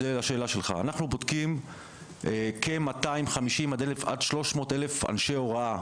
לשאלה שלך: אנחנו בודקים כ-250 עד 300 אלף אנשי הוראה,